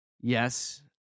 Yes